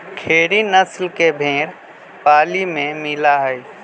खेरी नस्ल के भेंड़ पाली में मिला हई